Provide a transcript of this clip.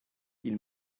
ils